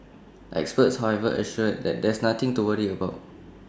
experts however assure that there's nothing to worry about